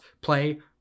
play